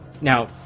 now